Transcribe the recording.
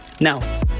Now